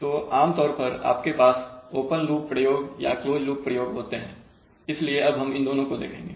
तो आमतौर पर आपके पास ओपन लूप प्रयोग या क्लोज लूप प्रयोग होते हैं इसलिए अब हम इन दोनों को देखेंगे